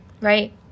Right